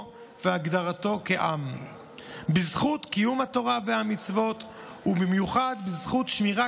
והגדרתו כעם בזכות קיום התורה והמצוות ובמיוחד בזכות שמירה